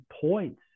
points